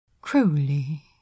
Crowley